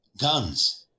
guns